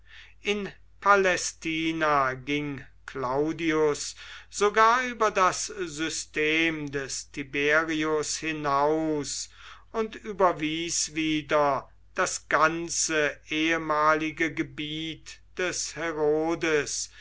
in palästina ging claudius sogar über das system des tiberius hinaus und überwies wieder das ganze ehemalige gebiet des herodes